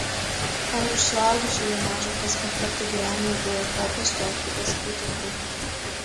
o ir iš suaugusiųjų maža kas bent kartą gyvenime buvo kopęs tokiu ožkų taku